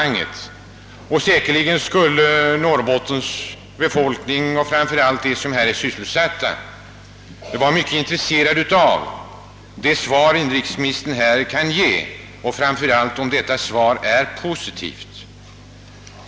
Säkerligen skulle Norrbottens befolkning och framför allt de i företaget sysselsatta vara mycket intresserade av det svar inrikesministern här kan ge, särskilt om detta svar är positivt.